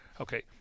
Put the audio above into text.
okay